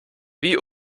wie